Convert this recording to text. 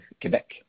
Quebec